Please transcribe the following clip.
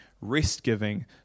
rest-giving